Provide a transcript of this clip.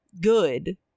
good